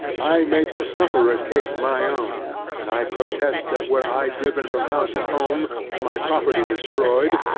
i make the sufferers case my own, and i protest, that were i driven from house and home, my property destroyed,